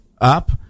up